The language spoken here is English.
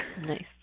Nice